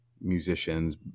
musicians